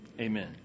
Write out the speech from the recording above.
amen